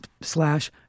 slash